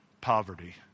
Poverty